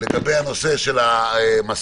לגבי הנושא של המסכות,